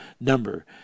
number